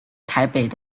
台北